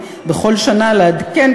בכל שנה לעדכן,